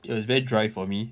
it was very dry for me